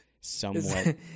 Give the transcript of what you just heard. somewhat